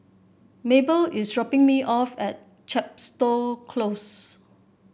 Maebelle is dropping me off at Chepstow Close